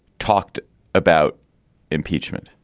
talked about impeachment.